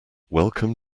welcome